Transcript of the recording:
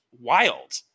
wild